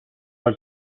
vol